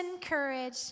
courage